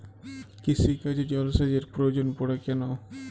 কৃষিকাজে জলসেচের প্রয়োজন পড়ে কেন?